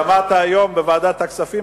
שמעת היום בוועדת הכספים,